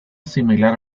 similar